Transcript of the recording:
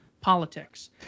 politics